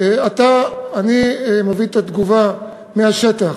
אני מביא את התגובה מהשטח.